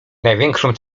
największą